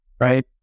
right